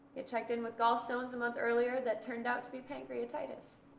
had checked in with gallstones a month earlier that turned out to be pancreatitis.